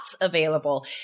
available